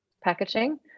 packaging